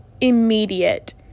immediate